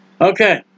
Okay